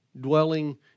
dwelling